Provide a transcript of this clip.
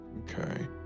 Okay